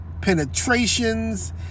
penetrations